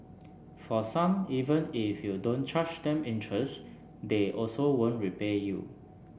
for some even if you don't charge them interest they also won't repay you